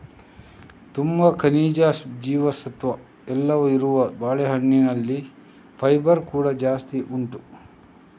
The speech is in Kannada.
ತುಂಬಾ ಖನಿಜ, ಜೀವಸತ್ವ ಎಲ್ಲ ಇರುವ ಬಾಳೆಹಣ್ಣಿನಲ್ಲಿ ಫೈಬರ್ ಕೂಡಾ ಜಾಸ್ತಿ ಉಂಟು